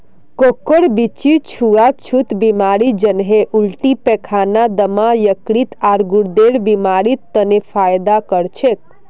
कोकोर बीच्ची छुआ छुत बीमारी जन्हे उल्टी पैखाना, दम्मा, यकृत, आर गुर्देर बीमारिड तने फयदा कर छे